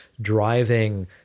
driving